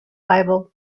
bible